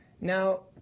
Now